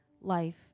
life